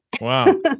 Wow